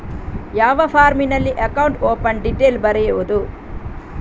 ಯಾವ ಫಾರ್ಮಿನಲ್ಲಿ account open detail ಬರೆಯುವುದು?